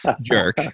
jerk